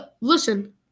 Listen